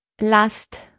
Last